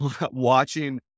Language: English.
watching